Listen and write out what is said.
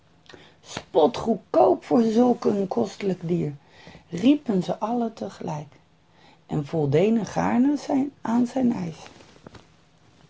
spotgoedkoop voor zulk een kostelijk dier riepen ze allen tegelijk en zij voldeden gaarne aan zijn